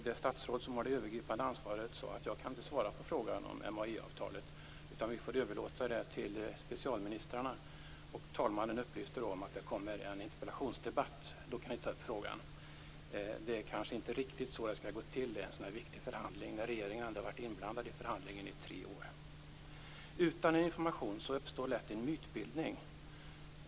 Det statsråd som har det övergripande ansvaret sade: Jag kan inte svara på frågan om MAI-avtalet, utan vi får överlåta den till specialministrarna. Talmannen upplyste då om att det kommer en interpellationsdebatt där frågan kunde tas upp. Det kanske inte är riktigt så det skall gå till i en sådan här viktig förhandling. Regeringen har ju ändå varit inblandad i förhandlingen i tre år. Utan information uppstår lätt en mytbildning.